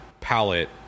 palette